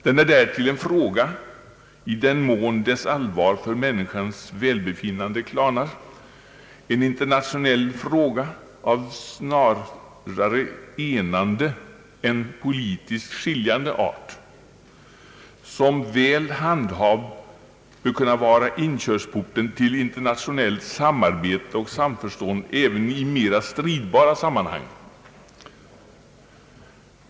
Den är därtill, i den mån dess allvar för människans välbefinnande klarnar, en internationell fråga av snarare enande än politiskt skiljande art. Denna fråga kan, om den handhas väl, bli inkörsporten till internationellt samarbete och samförstånd även i mera omstridda sammanhang.